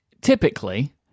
Typically